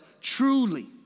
truly